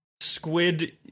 squid